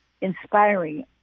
inspiring